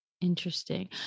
Interesting